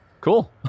Cool